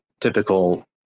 typical